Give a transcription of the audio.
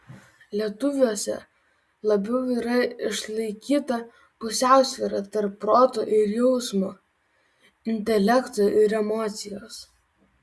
lietuviuose labiau yra išlaikyta pusiausvyra tarp proto ir jausmo intelekto ir emocijos